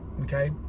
Okay